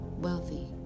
wealthy